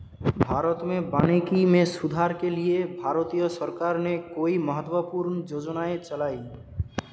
भारत में वानिकी में सुधार के लिए भारतीय सरकार ने कई महत्वपूर्ण योजनाएं चलाई